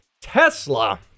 Tesla